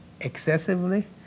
excessively